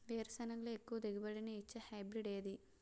వేరుసెనగ లో ఎక్కువ దిగుబడి నీ ఇచ్చే హైబ్రిడ్ ఏది?